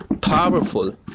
powerful